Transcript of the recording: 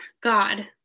God